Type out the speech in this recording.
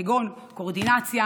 כגון קואורדינציה